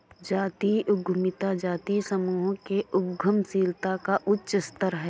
जातीय उद्यमिता जातीय समूहों के उद्यमशीलता का उच्च स्तर है